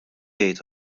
jgħid